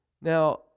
Now